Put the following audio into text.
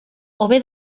hobe